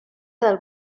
del